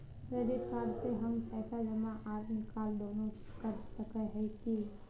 Credit card से हम पैसा जमा आर निकाल दोनों कर सके हिये की?